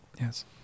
Yes